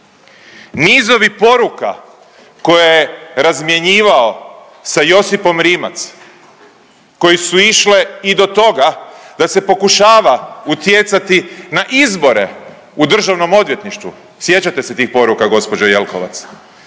Nizovi poruka koje je razmjenjivao sa Josipom Rimac koje su išle i do toga da se pokušava utjecati na izbore u Državnom odvjetništvu. Sjećate se tih poruka gospođo Jelkovac?